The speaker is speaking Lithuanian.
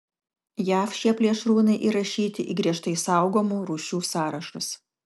jav šie plėšrūnai įrašyti į griežtai saugomų rūšių sąrašus